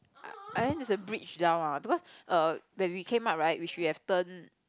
and there's a bridge down because err when we came out right we should have turn